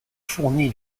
fourni